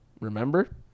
Remember